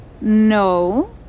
No